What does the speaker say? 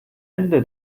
ende